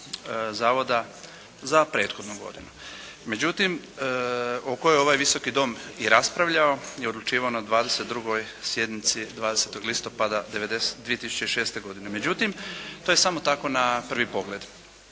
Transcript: Zavoda za prethodnu godinu. Međutim o kojem je ovaj Visoki dom i raspravljao i odlučivao na 22. sjednici 20. listopada 2006. godine. Međutim to je samo tako na prvi pogled.